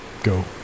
go